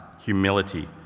humility